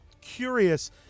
curious